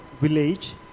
village